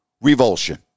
revulsion